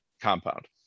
compound